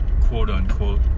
quote-unquote